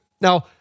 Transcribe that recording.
Now